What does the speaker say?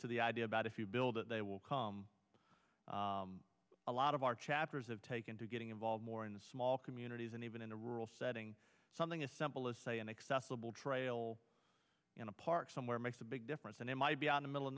the idea about if you build it they will come a lot of our chapters have taken to getting involved more in the small communities and even in a rural setting something as simple as say an accessible trail in a park somewhere makes a big difference and it might be on the middle of